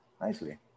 nicely